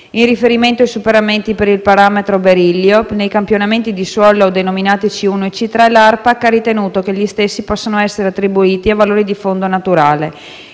In riferimento ai superamenti per il parametro berillio nei campioni di suolo denominati C1 e C3, l'ARPAC ha ritenuto che gli stessi possano essere attribuiti a valori di fondo naturale.